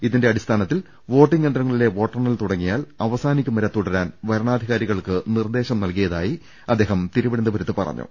ഇതിന്റെ അടിസ്ഥാനത്തിൽ വോട്ടിംഗ് യന്ത്രങ്ങളിലെ വോട്ടെണ്ണൽ തുടങ്ങിയാൽ അവസാനിക്കും വരെ തുടരാൻ വരണാധികാരികൾക്ക് നിർദ്ദേശം നൽകിയതായി അദ്ദേഹം തിരുവനന്തപു രത്ത് പറഞ്ഞു